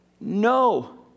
No